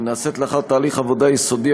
היא נעשית לאחר תהליך עבודה יסודי,